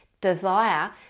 desire